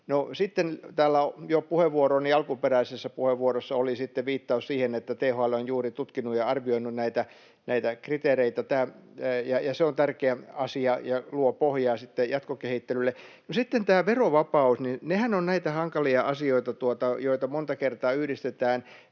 Jo täällä alkuperäisessä puheenvuorossani oli viittaus siihen, että THL on juuri tutkinut ja arvioinut näitä kriteereitä, ja se on tärkeä asia ja luo pohjaa sitten jatkokehittelylle. No sitten tämä verovapaus. Nämähän ovat niitä hankalia asioita, joihin se monta kertaa yhdistetään,